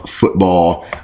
football